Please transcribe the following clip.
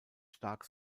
stark